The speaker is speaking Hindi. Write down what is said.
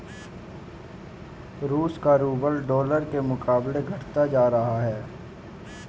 रूस का रूबल डॉलर के मुकाबले घटता जा रहा है